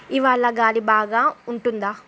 ఇవాళ గాలి బాగా ఉంటుందా